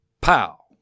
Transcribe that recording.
Pow